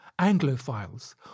Anglophiles